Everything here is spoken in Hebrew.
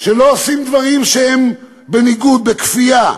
שלא עושים דברים שהם בניגוד, בכפייה,